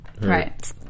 Right